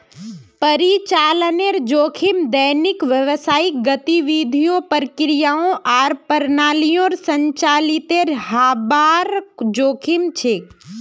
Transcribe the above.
परिचालनेर जोखिम दैनिक व्यावसायिक गतिविधियों, प्रक्रियाओं आर प्रणालियोंर संचालीतेर हबार जोखिम छेक